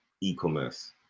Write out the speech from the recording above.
e-commerce